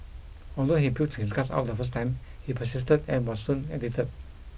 although he puked his guts out the first time he persisted and was soon addicted